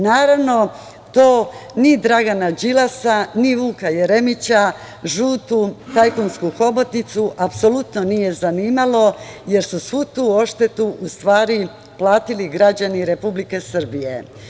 Naravno, to ni Dragana Đilasa, ni Vuka Jeremića, žutu tajkunsku hobotnicu apsolutno nije zanimalo, jer su svu tu odštetu, u stvari platili građani Republike Srbije.